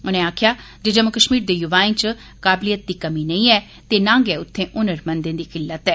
उनें आक्खेआ जे जम्मू कश्मीर दे युवाएं च काबलियत दी कमी नेई ऐ ते नां गै उत्थै हुनरमंदें दी किल्लत ऐ